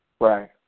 Right